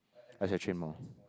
I should train more